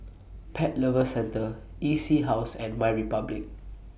Pet Lovers Centre E C House and MyRepublic